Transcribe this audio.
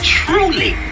truly